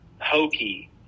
hokey